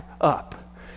up